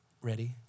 ready